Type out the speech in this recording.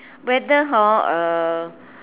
whether hor